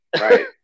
Right